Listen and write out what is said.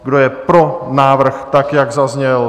Kdo pro je pro návrh tak, jak zazněl?